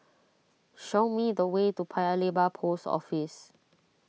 show me the way to Paya Lebar Post Office